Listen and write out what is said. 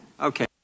Okay